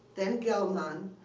then gell-mann,